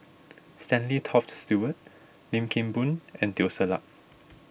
Stanley Toft Stewart Lim Kim Boon and Teo Ser Luck